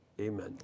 Amen